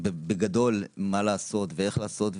בגדול מה לעשות ואיך לעשות,